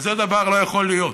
כזה דבר לא יכול להיות,